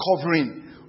covering